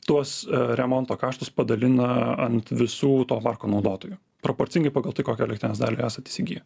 tuos remonto kaštus padalina ant visų to parko naudotojų proporcingai pagal tai kokią elektrinės dalį esat įsigiję